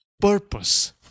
purpose